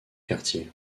quartiers